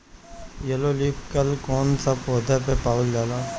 Yellow leaf curl कौन सा पौधा में पावल जाला?